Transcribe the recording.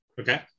Okay